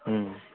ꯎꯝ